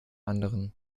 anderen